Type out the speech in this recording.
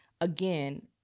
Again